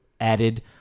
added